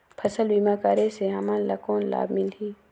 फसल बीमा करे से हमन ला कौन लाभ मिलही?